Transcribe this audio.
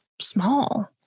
small